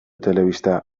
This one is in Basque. telebista